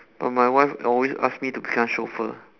but my wife always ask me to become chauffeur